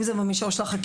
אם זה במישור של החקיקה,